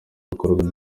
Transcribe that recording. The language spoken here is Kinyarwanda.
bikorwa